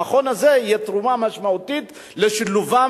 למכון הזה תהיה תרומה משמעותית לשילובם